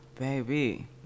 baby